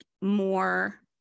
more